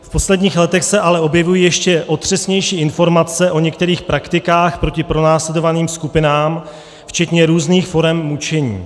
V posledních letech se ale objevují ještě otřesnější informace o některých praktikách proti pronásledovaným skupinám, včetně různých forem mučení.